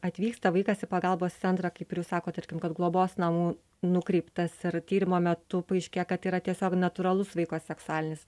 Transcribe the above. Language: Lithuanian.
atvyksta vaikas į pagalbos centrą kaip ir jūs sakot tarkim kad globos namų nukreiptas ar tyrimo metu paaiškėja kad yra tiesiog natūralus vaiko seksualinis